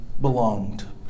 belonged